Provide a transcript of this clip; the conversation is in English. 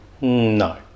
No